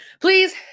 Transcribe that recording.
please